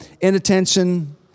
inattention